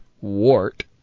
WART